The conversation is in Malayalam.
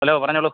ഹലോ പറഞ്ഞുകൊള്ളൂ